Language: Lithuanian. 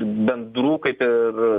bendrų kaip ir